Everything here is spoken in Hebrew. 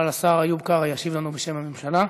השר איוב קרא ישיב לנו בשם הממשלה.